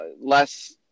less